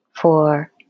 four